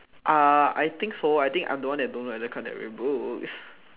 uh I think so I think I'm the one that don't really read books